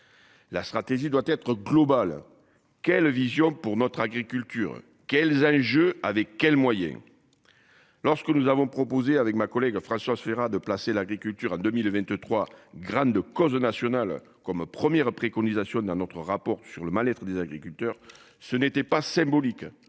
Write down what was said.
La stratégie doit être globale. Quelle vision pour notre agriculture, quels enjeux. Avec quels moyens. Lorsque nous avons proposé avec ma collègue Françoise Férat, de placer l'agriculture à 2023 grande cause nationale comme premières préconisations d'un autre rapport sur le mal-être des agriculteurs. Ce n'était pas symbolique,